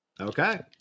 Okay